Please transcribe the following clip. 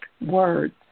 words